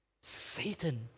Satan